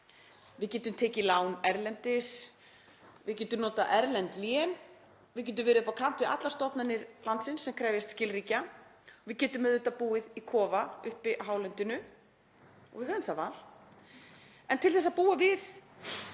Við getum tekið lán erlendis. Við getum notað erlend lén. Við getum verið upp á kant við allar stofnanir landsins sem krefjast skilríkja. Við getum auðvitað búið í kofa uppi á hálendinu. Við höfum það val. En til að búa við